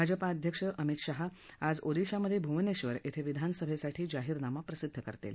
भाजपा अध्यक्ष अमित शाह आज ओदिशामधे भुवनेबर ििं विधानसभेसाठी जाहीरनामा प्रसिद्ध करतील